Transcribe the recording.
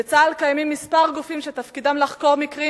בצה"ל קיימים כמה גופים שתפקידם לחקור מקרים